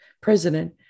president